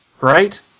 right